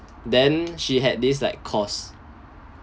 then she had this like course